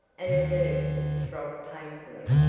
and her nerves throb painfully.